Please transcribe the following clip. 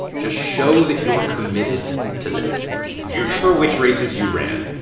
just show that you're committed to this do you remember which races you ran?